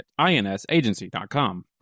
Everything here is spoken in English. insagency.com